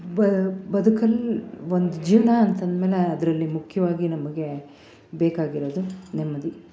ಬ ಬದುಕಲ್ಲಿ ಒಂದು ಜೀವನ ಅಂತಂದಮೇಲೆ ಅದರಲ್ಲಿ ಮುಖ್ಯವಾಗಿ ನಮಗೆ ಬೇಕಾಗಿರೋದು ನೆಮ್ಮದಿ